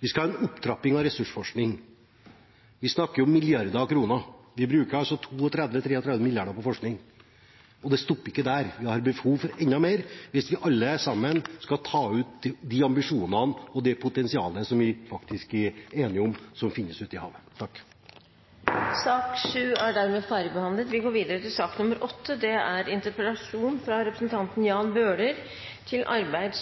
vi skal ha en opptrapping av ressursforskning. Vi snakker om milliarder av kroner; vi bruker altså 32–33 mrd. kr på forskning, og det stopper ikke der. Vi har behov for enda mer hvis vi alle skal ta ut de ambisjonene og det potensialet, som vi faktisk er enige om, som finnes ute i havet. Flere har ikke bedt om ordet til sak nr. 7. Innledningsvis vil jeg selvsagt understreke at de fleste